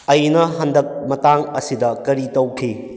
ꯑꯩꯅ ꯍꯟꯗꯛ ꯃꯇꯥꯡ ꯑꯁꯤꯗ ꯀꯔꯤ ꯇꯧꯈꯤ